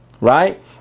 Right